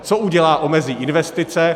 Co udělá omezí investice.